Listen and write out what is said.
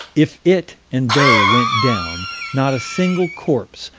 if it and they went down not a single corpse,